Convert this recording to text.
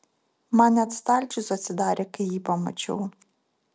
man net stalčius atsidarė kai jį pamačiau